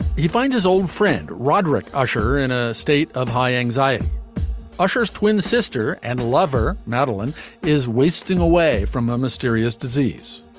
you find his old friend roderick usher in a state of high anxiety usher's twin sister and lover. madeleine is wasting away from a mysterious disease.